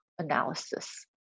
Analysis